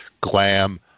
glam